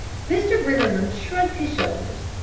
mr. briggerland shrugged his shoulders.